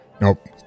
Nope